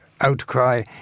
Outcry